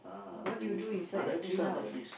what do you do inside the treehouse